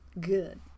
good